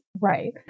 Right